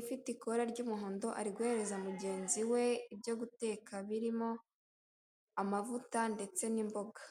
ifite ikora ry'umuhondo ari guhereza mugenzi we ibyo guteka birimo amavuta ndetse n'imboga.